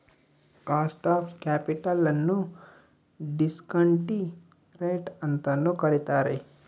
cost of capital ನ್ನು discount rate ಅಂತನು ಕರಿತಾರೆ